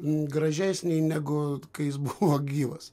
gražesnį negu kai jis buvo gyvas